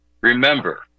Remember